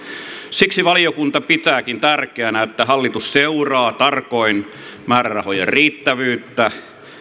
siksi valiokunta pitääkin tärkeänä että hallitus seuraa tarkoin määrärahojen riittävyyttä